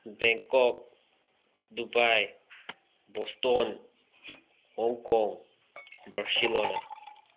Bangkok Dubai Boston Hong Kong Barcelona